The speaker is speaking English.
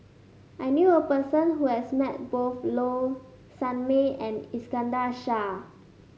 I knew a person who has met both Low Sanmay and Iskandar Shah